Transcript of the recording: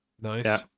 Nice